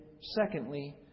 secondly